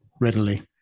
readily